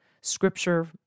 scripture